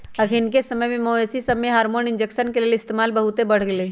अखनिके समय में मवेशिय सभमें हार्मोन इंजेक्शन के इस्तेमाल बहुते बढ़ गेलइ ह